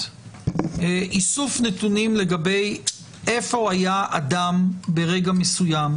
איסוף נתונים לגבי איפה היה אדם ברגע מסוים,